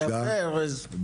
יפה ארז,